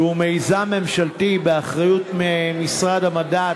שהיא מיזם ממשלתי באחריות משרד המדע,